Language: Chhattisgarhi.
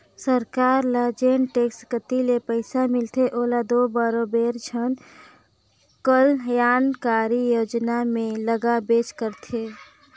सरकार ल जेन टेक्स कती ले पइसा मिलथे ओला दो बरोबेर जन कलयानकारी योजना में लगाबेच करथे